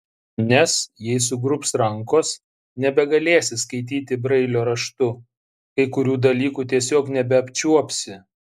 nes jei sugrubs rankos nebegalėsi skaityti brailio raštu kai kurių dalykų tiesiog nebeapčiuopsi